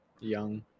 young